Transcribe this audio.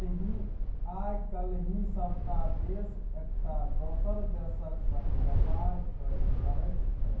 आय काल्हि सभटा देश एकटा दोसर देशक संग व्यापार कएल करैत छै